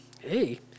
hey